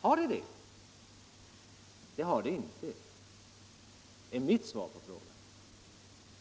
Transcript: Har det blivit det? Det har det inte — det är mitt svar på frågan.